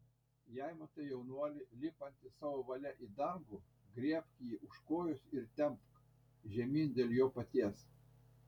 jei matai jaunuolį lipantį savo valia į dangų griebk jį už kojos ir temk žemyn dėl jo paties